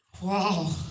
Wow